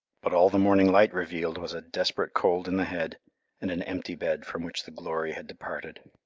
but all the morning light revealed was a desperate cold in the head, and an empty bed from which the glory had departed.